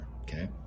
okay